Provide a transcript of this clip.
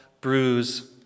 bruise